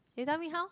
you tell me how